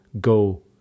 go